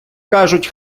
кажуть